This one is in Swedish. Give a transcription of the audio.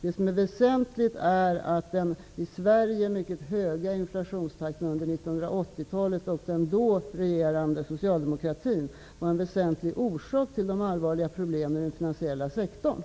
Det väsentliga är att den i Sverige mycket höga inflationstakten under 1980-talet, med den då regerande socialdemokratiska regeringen, var en väsentlig orsak till de allvarliga problemen inom den finansiella sektorn.